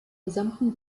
gesamten